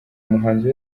muhanzi